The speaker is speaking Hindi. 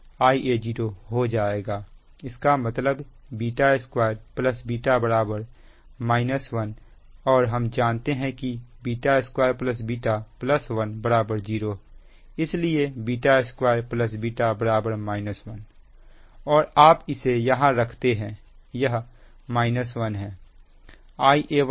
इसका मतलब β2 β 1 और हम जानते हैं कि β2 β 10 इसलिए β2 β 1 और आप इसे यहां रखते हैं यह 1 है